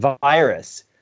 virus